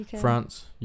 france